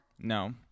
No